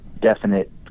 definite